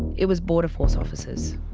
it was border force officers.